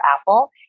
Apple